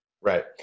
Right